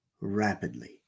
Rapidly